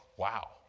Wow